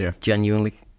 genuinely